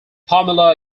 pamela